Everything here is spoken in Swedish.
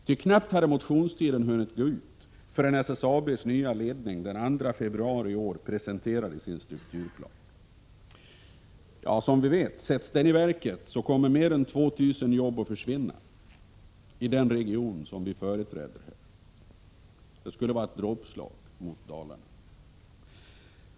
Ty knappt hade motionstiden hunnit gå ut förrän SSAB:s nya ledning den 2 februari i år presenterade sin strukturplan. Skulle den sättas i verket så skulle mer än 2 000 jobb försvinna i den region som jag företräder här i riksdagen. Det skulle vara ett dråpslag mot Dalarna.